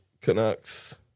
Canucks